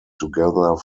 together